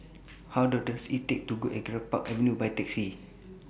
How Long Does IT Take to get to Greenpark Avenue By Taxi